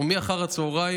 ומי אחר הצוהריים,